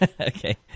Okay